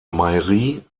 mairie